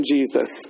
Jesus